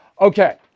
Okay